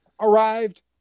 arrived